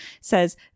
says